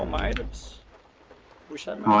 um items percent